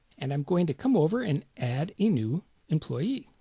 and i'm going to come over and add a new employee